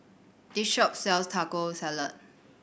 this shop sells Taco Salad